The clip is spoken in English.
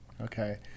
okay